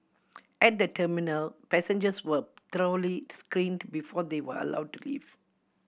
at the terminal passengers were thoroughly screened before they were allowed to leave